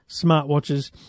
smartwatches